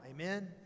Amen